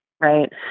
Right